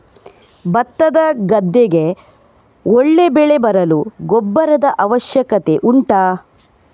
ಭತ್ತದ ಗದ್ದೆಗೆ ಒಳ್ಳೆ ಬೆಳೆ ಬರಲು ಗೊಬ್ಬರದ ಅವಶ್ಯಕತೆ ಉಂಟಾ